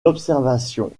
l’observation